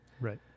Right